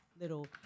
little